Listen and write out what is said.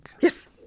Yes